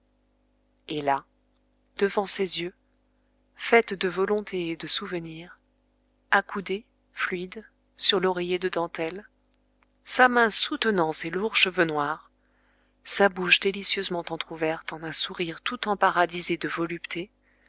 et là devant ses yeux faite de volonté et de souvenir accoudée fluide sur l'oreiller de dentelles sa main soutenant ses lourds cheveux noirs sa bouche délicieusement entr'ouverte en un sourire tout emparadisé de voluptés